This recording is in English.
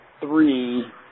three